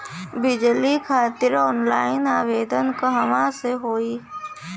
बिजली खातिर ऑनलाइन आवेदन कहवा से होयी?